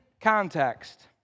context